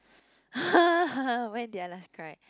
when did I last cried